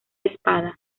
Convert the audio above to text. espada